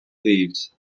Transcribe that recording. leaves